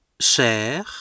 cher